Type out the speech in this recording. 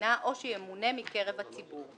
המדינה או שימונה מקרב הציבור.